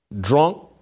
drunk